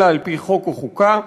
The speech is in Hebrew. אלא על-פי חוק או חוקה".